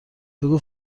بگو